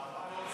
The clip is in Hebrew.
אתה אמרת,